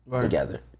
together